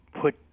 put